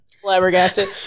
Flabbergasted